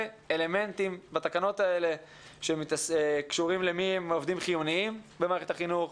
אלמנטים בתקנות האלה שקשורים למי הם עובדים חיוניים במערכת החינוך,